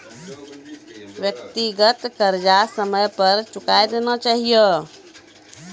व्यक्तिगत कर्जा समय पर चुकाय देना चहियो